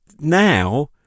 now